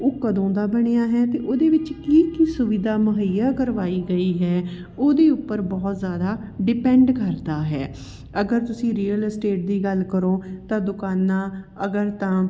ਉਹ ਕਦੋਂ ਦਾ ਬਣਿਆ ਹੈ ਅਤੇ ਉਹਦੇ ਵਿੱਚ ਕੀ ਕੀ ਸੁਵਿਧਾ ਮੁਹੱਈਆ ਕਰਵਾਈ ਗਈ ਹੈ ਉਹਦੇ ਉੱਪਰ ਬਹੁਤ ਜ਼ਿਆਦਾ ਡਿਪੈਂਡ ਕਰਦਾ ਹੈ ਅਗਰ ਤੁਸੀਂ ਰਿਅਲ ਅਸਟੇਟ ਦੀ ਗੱਲ ਕਰੋ ਤਾਂ ਦੁਕਾਨਾਂ ਅਗਰ ਤਾਂ